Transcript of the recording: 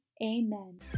amen